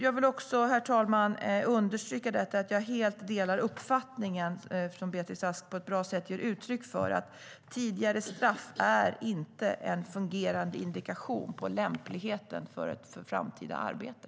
Jag vill också understryka att jag helt delar den uppfattning som Beatrice Ask ger uttryck för, att tidigare straff inte är en fungerande indikation på lämpligheten för framtida arbete.